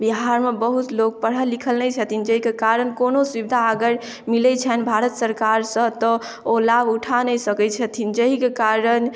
बिहारमे बहुत लोक पढ़ल लिखल नहि छथिन जाहिके कारण कोनो सुबिधा अगर मिलै छै भारत सरकार सऽ तऽ ओ लाभ उठा नहि सकैत छथिन जहिके कारण